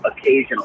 occasionally